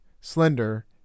slender